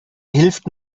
hilft